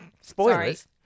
Spoilers